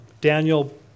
Daniel